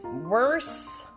worse